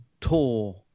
tour